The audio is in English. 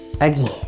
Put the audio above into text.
Again